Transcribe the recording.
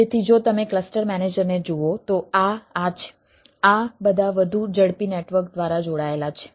તેથી જો તમે ક્લસ્ટર મેનેજરને જુઓ તો આ આ છે આ બધા વધુ ઝડપી નેટવર્ક દ્વારા જોડાયેલા છે